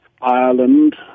Ireland